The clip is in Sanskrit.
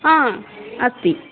अस्ति